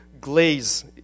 glaze